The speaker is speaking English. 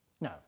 No